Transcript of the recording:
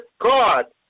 God